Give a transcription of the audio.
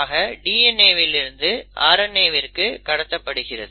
ஆக DNA வில் இருந்து RNAவிற்கு கடத்தப்படுகிறது